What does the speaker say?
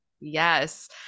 Yes